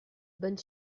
bonne